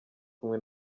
kumwe